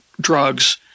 drugs